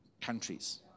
countries